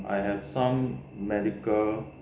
I have some medical